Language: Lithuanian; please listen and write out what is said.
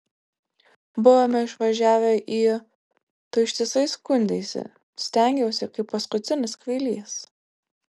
buvome išvažiavę į tu ištisai skundeisi stengiausi kaip paskutinis kvailys